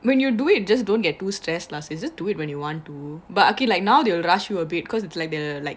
when you do it just don't get too stressed plus just do it when you want to but okay lah now they will rush you a bit cause it's like the like